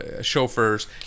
chauffeurs